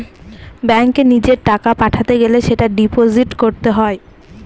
ব্যাঙ্কে নিজের টাকা পাঠাতে গেলে সেটা ডিপোজিট করতে হয়